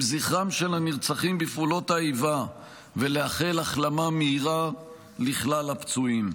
זכרם של הנרצחים בפעולות האיבה ולאחל החלמה מהירה לכלל הפצועים.